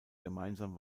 gemeinsam